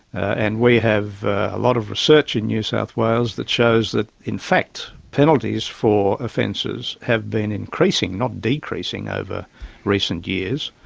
and we have a lot of research in new south wales that shows that in fact penalties for offences have been increasing, not decreasing over recent years,